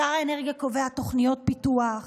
שר האנרגיה קובע תוכניות פיתוח,